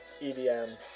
EDM